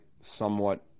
somewhat